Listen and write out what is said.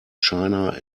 china